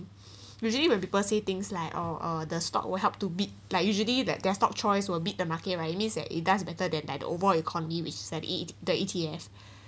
usually when people say things like uh uh the stock will help to beat like usually that their stock choice will beat the market right means that it does better than like the overall economy which the e the E_T_F